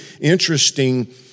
interesting